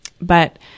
but-